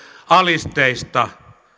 alisteista